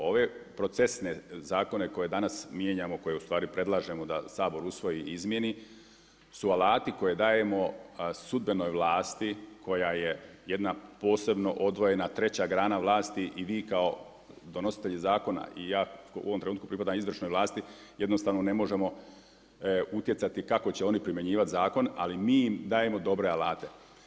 Ove procesne zakone koje danas mijenjamo koje ustvari predlažemo da Sabor usvoji i izmjeni su alati koje dajemo sudbenoj vlasti koja je jedna posebno odvojena treća grana vlasti i vi kao donositelj zakona i ja u ovom trenutku pripadam izvršnoj vlasti jednostavno ne možemo utjecati kako će oni primjenjivati zakon, ali mi im dajemo dobre alate.